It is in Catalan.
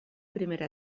primera